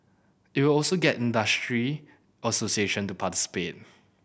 it will also get industry association to participate